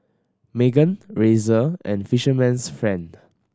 Megan Razer and Fisherman's Friend